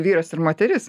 vyras ir moteris